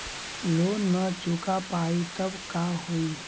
Loan न चुका पाई तब का होई?